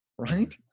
Right